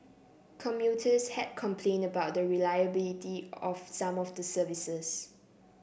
commuters had complained about the reliability of some of the services